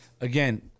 again